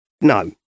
no